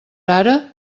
ara